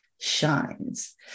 shines